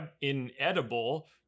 inedible